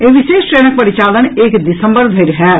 एहि विशेष ट्रेनक परिचालन एक दिसम्बर धरि होयत